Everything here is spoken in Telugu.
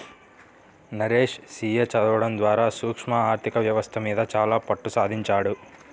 నరేష్ సీ.ఏ చదవడం ద్వారా సూక్ష్మ ఆర్ధిక వ్యవస్థ మీద చాలా పట్టుసంపాదించాడు